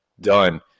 done